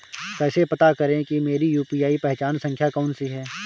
कैसे पता करें कि मेरी यू.पी.आई पहचान संख्या कौनसी है?